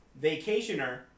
Vacationer